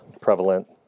prevalent